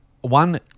one